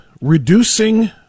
reducing